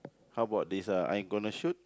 how about this uh I gonna shoot